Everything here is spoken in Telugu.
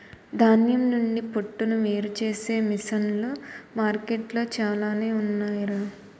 ధాన్యం నుండి పొట్టును వేరుచేసే మిసన్లు మార్కెట్లో చాలానే ఉన్నాయ్ రా